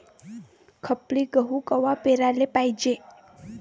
खपली गहू कवा पेराले पायजे?